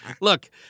Look